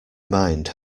mind